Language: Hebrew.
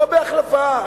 לא בהחלפה.